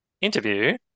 interview